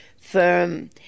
firm